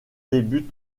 débute